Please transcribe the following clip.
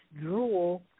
drool